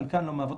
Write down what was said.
חלקן לא מהוות,